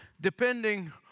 depending